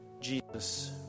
Jesus